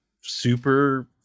super